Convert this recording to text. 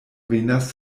venas